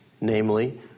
namely